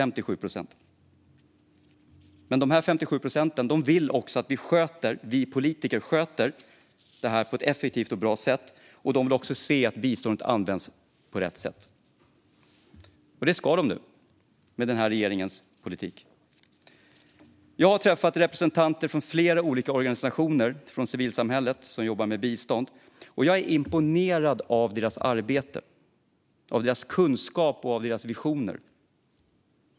Men dessa 57 procent vill också att vi politiker sköter detta på ett effektivt och bra sätt. De vill se att biståndet används på rätt sätt. Och det ska de få göra med den här regeringens politik. Jag har träffat representanter från flera olika organisationer i civilsamhället som jobbar med bistånd, och jag är imponerad av deras arbete, kunskap och visioner.